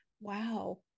wow